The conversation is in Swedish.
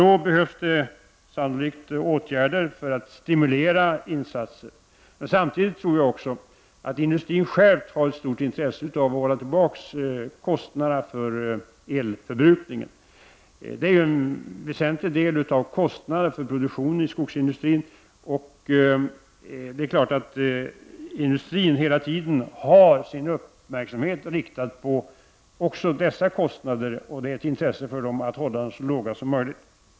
Då behövs det sannolikt åtgärder för att stimulera till insatser på detta område, men samtidigt tror jag att industrin själv har ett stort intresse av att hålla tillbaka kostnaderna för elförbrukningen. Det är ju en väsentlig del av kostnaderna för produktionen i skogsindustrin. Det är klart att industrin hela tiden har sin uppmärksamhet riktad på dessa kostnader och det ligger i industrins eget intresse att hålla dem så låga som möjligt.